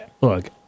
Look